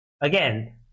Again